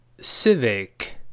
civic